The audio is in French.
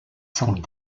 sont